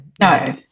no